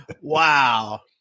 Wow